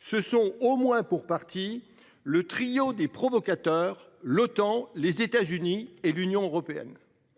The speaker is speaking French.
ce sont au moins pour partie le trio des provocateurs l'OTAN les États-Unis et l'Union européenne.